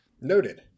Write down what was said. Noted